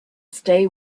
stay